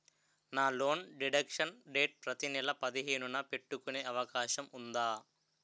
నా loan deduction date ప్రతి నెల పదిహేను న పెట్టుకునే అవకాశం ఉందా?